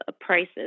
prices